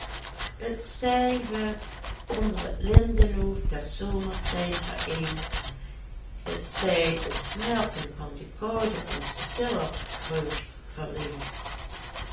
t zij we onder t lindeloof des zomers zijn vereend t zij t snerpen van de koude ons stiller vreugd verleent